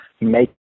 make